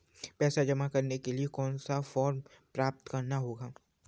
पैसा जमा करने के लिए कौन सा फॉर्म प्राप्त करना होगा?